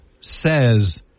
says